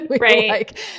Right